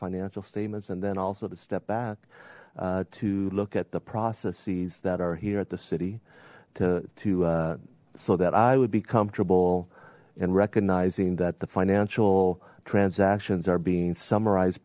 financial statements and then also to step back to look at the processes that are here at the city so that i would be comfortable and recognizing the the financial transactions are being summarize